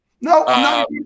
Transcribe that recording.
No